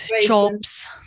jobs